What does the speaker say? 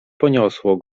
poniosło